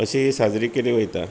अशीं हीं साजरी केली वयता